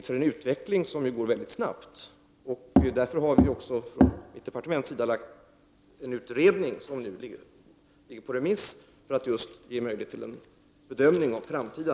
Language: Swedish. För att just ge möjlighet till bedömning av nya, framtida system har också mitt departement gjort en utredning, som nu är ute på remiss.